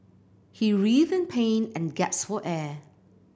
he writhed in pain and gasped for air